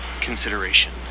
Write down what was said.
consideration